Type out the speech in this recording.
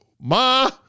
ma